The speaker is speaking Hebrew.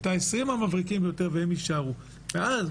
ואז,